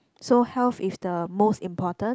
so health is the most important